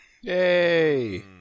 Yay